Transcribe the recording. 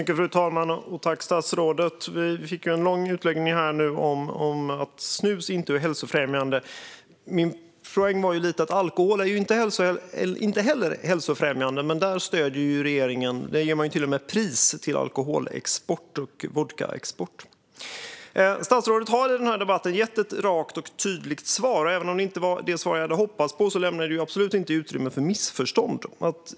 Fru talman och statsrådet! Vi fick en lång utläggning här om att snus inte är hälsofrämjande. Min poäng var lite grann att inte heller alkohol är hälsofrämjande, men det stöds ju av regeringen. Man ger till och med pris till alkoholexport och vodkaexport. Statsrådet har i debatten gett ett rakt och tydligt svar. Även om det inte var det svar jag hade hoppats på lämnar det absolut inte något utrymme för missförstånd.